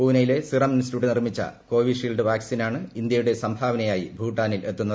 പൂനെയിലെ Serum Institute നിർമ്മിച്ച Covishield വാക്സിനാണ് ഇന്ത്യയുടെ സംഭാവനയായി ഭൂട്ടാനിൽ എത്തുന്നത്